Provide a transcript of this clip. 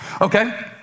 Okay